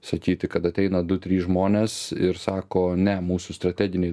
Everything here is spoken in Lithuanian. sakyti kad ateina du trys žmonės ir sako ne mūsų strateginiai